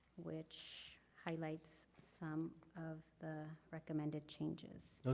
which highlights some of the recommended changes.